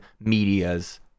medias